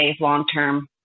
long-term